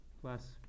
plus